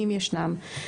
אם ישנם.